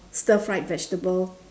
stir fried vegetable